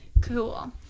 cool